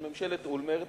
של ממשלת אוּלמרט,